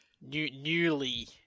Newly